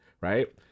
Right